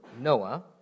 Noah